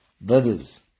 brothers